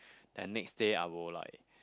and next day I will like